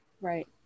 right